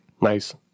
Nice